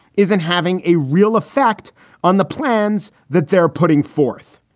isn't having a real effect on the plans that they're putting forth.